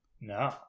No